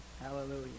Hallelujah